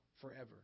forever